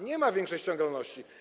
Nie ma większej ściągalności.